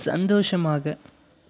சந்தோஷமாக